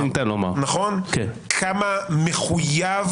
כמה מחויב